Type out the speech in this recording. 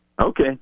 Okay